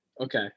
Okay